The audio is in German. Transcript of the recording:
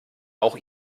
auch